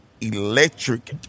electric